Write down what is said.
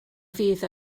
fydd